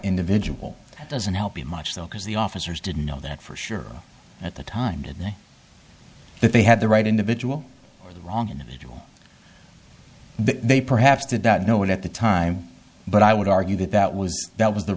individual doesn't help you much though because the officers didn't know that for sure at the time today that they had the right individual or the wrong individual they perhaps did that no one at the time but i would argue that that was that was the